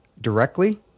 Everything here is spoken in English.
directly